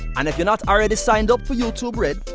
and if you're not already signed up for youtube red,